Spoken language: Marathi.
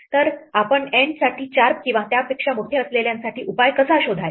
तर आपण N साठी 4 किंवा त्यापेक्षा मोठे असलेल्यांसाठी उपाय कसा शोधायचा